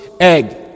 egg